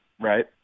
right